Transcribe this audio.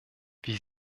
wie